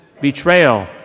betrayal